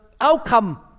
outcome